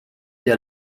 der